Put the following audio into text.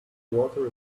water